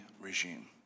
regime